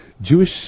Jewish